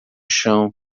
chão